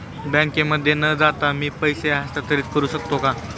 बँकेमध्ये न जाता मी पैसे हस्तांतरित करू शकतो का?